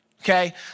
okay